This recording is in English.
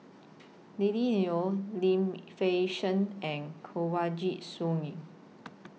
Lily Neo Lim Fei Shen and Kanwaljit Soin